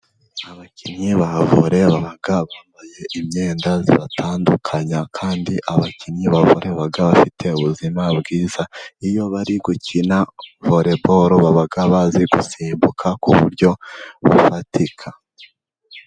Abakinnyi ba vole baba bambaye imyenda ibatandukanya, kandi abakinnyi ba vole baba bafite ubuzima bwiza. Iyo bari gukina volebolo baba bazi gusimbuka ku buryo bufatika.